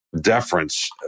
deference